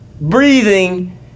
breathing